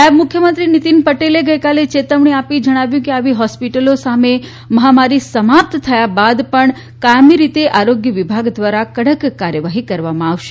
ના યબ મુખ્યમંત્રી નિતિન પટેલે આજે આ ચેતવણી આપીને જણાવ્યું છે કે આવી હોસ્પિટલો સામે મહામારી સમાપ્ત થયા બાદ પણ કાયમી રીતે આરોગ્ય વિભાગ દ્વારા કડક કાર્યવાહી કરવામાં આવશે